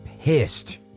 pissed